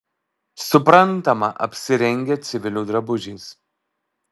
suprantama apsirengę civilių drabužiais